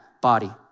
body